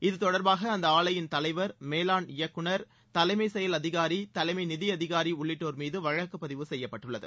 இது தொடர்பாக அந்த ஆலையின் தலைவர் மேலாண் இயக்குநர் தலைமைச் செயல் அதிகாரி தலைமை நிதி அதிகாரி உள்ளிட்டோர் மீது வழக்கு பதிவு செய்யப்பட்டுள்ளது